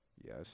Yes